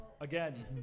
again